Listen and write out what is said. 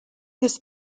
this